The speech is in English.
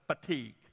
fatigue